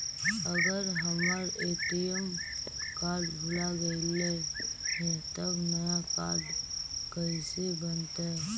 अगर हमर ATM card भुला गैलै हे तब नया काड कइसे बनतै?